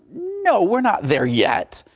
no, we are not there yet.